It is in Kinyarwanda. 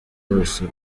yose